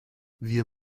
wir